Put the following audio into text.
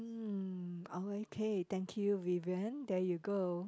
mm oh okay thank you Vivian there you go